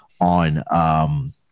on